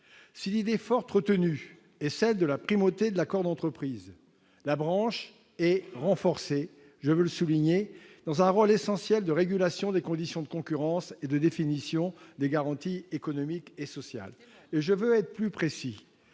Si l'idée forte retenue est celle de la primauté de l'accord d'entreprise, la branche est renforcée- je veux le souligner -dans un rôle essentiel de régulation des conditions de concurrence et de définition des garanties économiques et sociales. C'est vrai ! Je veux être plus précis